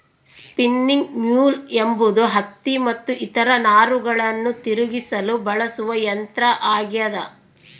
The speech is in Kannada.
ಸ್ಪಿನ್ನಿಂಗ್ ಮ್ಯೂಲ್ ಎಂಬುದು ಹತ್ತಿ ಮತ್ತು ಇತರ ನಾರುಗಳನ್ನು ತಿರುಗಿಸಲು ಬಳಸುವ ಯಂತ್ರ ಆಗ್ಯದ